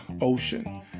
ocean